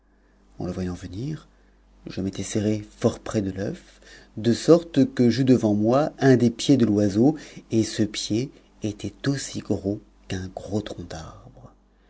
en le voyant venir je m'étais serré fort près de l'œuf de sorte que j'eus devant mo un des pieds de l'oiseau et ce pied était aussi gros qu'un gros tronc d'arbre